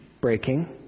breaking